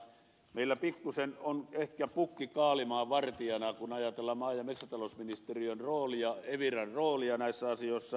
meillä pikkuisen on ehkä pukki kaalimaan vartijana kun ajatellaan maa ja metsätalousministeriön roolia eviran roolia näissä asioissa